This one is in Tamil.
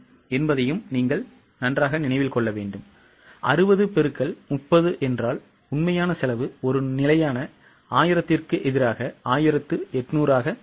60 X 30 என்றால் உண்மையான செலவு ஒரு நிலையான 1000 க்கு எதிராக 1800 ஆக இருக்கும்